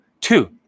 two